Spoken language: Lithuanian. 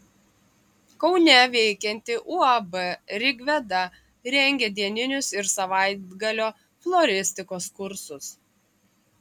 kaune veikianti uab rigveda rengia dieninius ir savaitgalio floristikos kursus